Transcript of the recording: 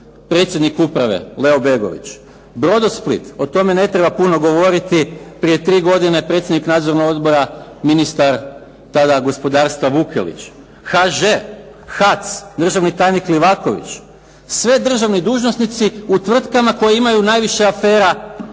predsjednik uprave, Leo Begović. Brodosplit, o tome ne treba puno govoriti prije 3 godine predsjednik nadzornog odbora, ministar tada gospodarstva Vukelić. HŽ, Hac državni tajnik Livaković, sve državni dužnosnici u tvrtkama koje imaju najviše afera,